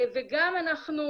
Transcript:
וגם אנחנו